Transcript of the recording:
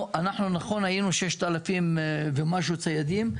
נכון, היינו 6,000 ומשהו ציידים.